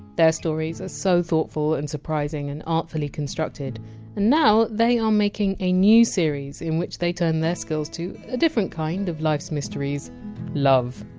their stories are so thoughtful and surprising and artfully constructed and now they are making a new series in which they turn their skills to a different kind of life! s mysteries love.